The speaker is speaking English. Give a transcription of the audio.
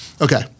Okay